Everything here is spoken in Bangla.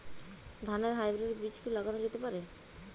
ধানের হাইব্রীড বীজ কি লাগানো যেতে পারে?